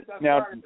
now